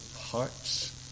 hearts